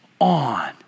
on